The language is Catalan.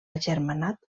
agermanat